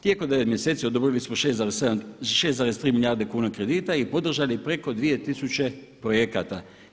Tijekom 9 mjeseci odobrili smo 6,3 milijarde kuna kredita i podržali preko 2000 projekata.